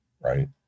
right